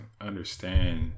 understand